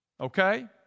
Okay